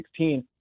2016